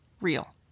real